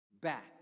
back